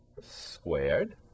squared